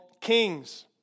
kings